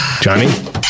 Johnny